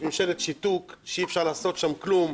ממשלת שיתוק שאי אפשר לעשות בה כלום,